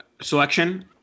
selection